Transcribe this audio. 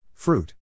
Fruit